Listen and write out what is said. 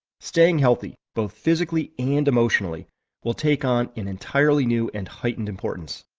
staying healthy both physically and emotionally will take on an entirely new, and heightened, importance.